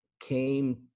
came